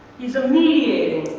he's a mediating,